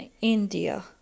India